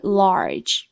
large